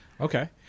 Okay